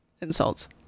insults